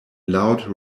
loud